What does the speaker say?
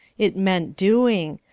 it meant doing,